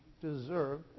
deserve